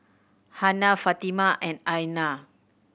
Hana Fatimah and Aina